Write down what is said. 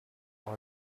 all